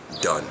Done